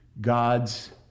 God's